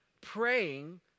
praying